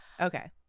Okay